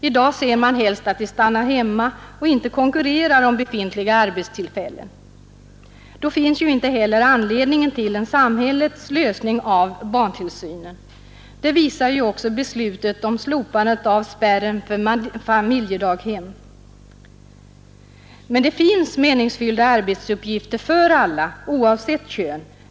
I dag ser man helst att de stannar hemma och inte konkurrerar om befintliga arbetstillfällen. Då finns det ju inte heller någon anledning till en samhällets lösning av barntillsynsproblemet. Det visar också beslutet om slopandet av spärren för familjedaghem. Men det finns meningsfyllda arbetsuppgifter för alla, oavsett kön.